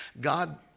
God